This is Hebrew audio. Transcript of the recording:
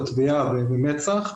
התביעה ומצ"ח,